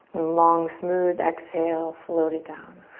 long, smooth exhale, float it down.